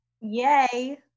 Yay